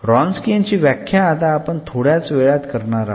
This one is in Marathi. रॉन्सकीयन ची व्याख्या आता आपण थोड्याच वेळात करणार आहे